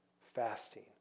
fasting